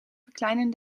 verkleinen